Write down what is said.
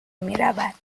میرود